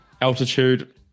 altitude